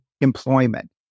employment